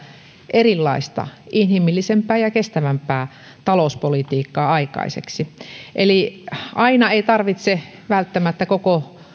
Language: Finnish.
erilaista inhimillisempää ja kestävämpää talouspolitiikkaa aikaiseksi aina ei tarvitse välttämättä koko